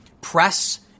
Press